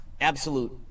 absolute